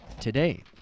today